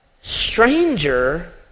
stranger